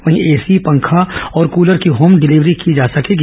वहीं एसी पंखा और कलर की होम डिलीवरी की जा सकेगी